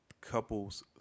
Couples